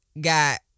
got